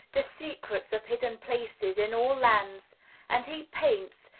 the secrets of hidden places in all lands and he paints,